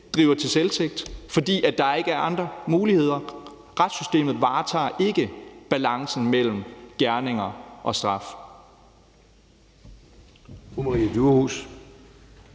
drives til selvtægt, fordi der ikke andre muligheder. Retssystemet varetager ikke balancen mellem gerninger og straf.